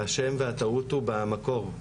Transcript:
השם והטעות הוא במקור,